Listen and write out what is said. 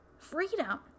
freedom